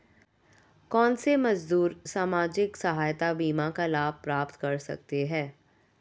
कौनसे मजदूर सामाजिक सहायता बीमा का लाभ प्राप्त कर सकते हैं?